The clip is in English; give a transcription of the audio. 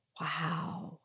wow